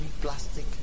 plastic